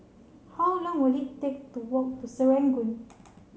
how long will it take to walk to Serangoon